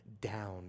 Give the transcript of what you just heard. down